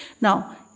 Now